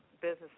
business